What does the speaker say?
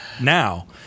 now